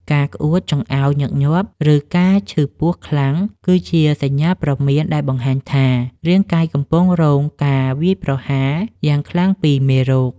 ការក្អួតចង្អោរញឹកញាប់ ឬការឈឺពោះខ្លាំង គឺជាសញ្ញាព្រមានដែលបង្ហាញថា រាងកាយកំពុងរងការវាយប្រហារយ៉ាងខ្លាំងពីមេរោគ។